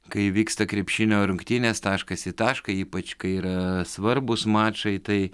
kai vyksta krepšinio rungtynės taškas į tašką ypač kai yra svarbūs mačai tai